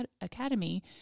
Academy